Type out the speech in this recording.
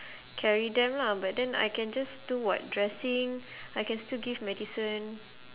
carry them lah but then I can just do what dressing I can still give medicine